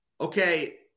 Okay